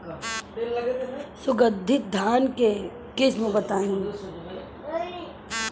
सुगंधित धान के किस्म बताई?